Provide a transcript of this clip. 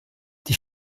die